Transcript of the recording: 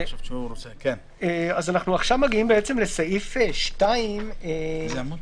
אנחנו עכשיו מגיעים לסעיף 2 - הסעיף